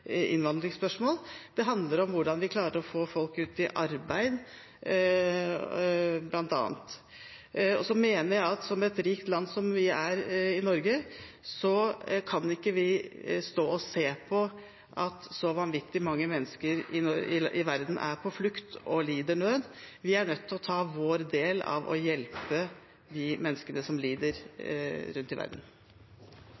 rikt land som Norge ikke kan stå og se på at så vanvittig mange mennesker i verden er på flukt og lider nød. Vi er nødt til å ta vår del med å hjelpe de menneskene som lider